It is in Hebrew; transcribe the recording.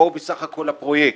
או לסך כל הפרויקט?